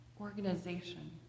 organization